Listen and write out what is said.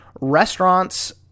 Restaurants